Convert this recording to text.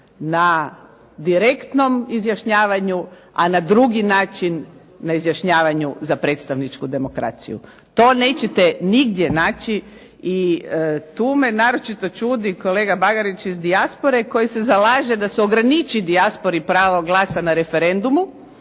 na direktnom izjašnjavanju, a na drugi način na izjašnjavanju za predstavničku demokraciju. To nećete nigdje naći i tu me naročito čudi kolega Bagarić iz dijaspore koji se zalaže da se ograniči dijaspori pravo glasa na referendumu,